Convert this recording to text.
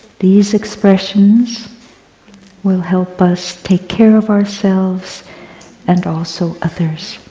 these expressions will help us take care of ourselves and also others.